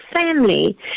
family